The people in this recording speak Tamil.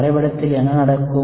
இந்த வரைபடத்தில் என்ன நடக்கும்